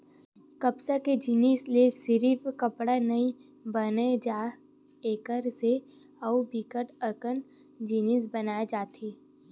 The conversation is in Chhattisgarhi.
कपसा के जिनसि ले सिरिफ कपड़ा नइ बनाए जाए एकर से अउ बिकट अकन जिनिस बनाए जाथे